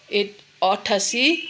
at अठासी